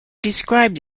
described